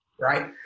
right